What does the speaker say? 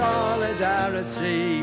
Solidarity